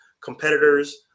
competitors